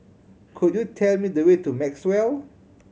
could you tell me the way to Maxwell